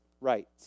right